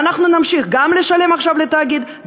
ואנחנו נמשיך גם לשלם עכשיו לתאגיד,